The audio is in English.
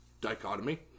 dichotomy